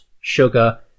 sugar